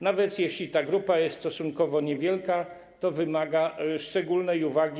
Nawet jeśli ta grupa jest stosunkowo niewielka, to wymaga szczególnej uwagi.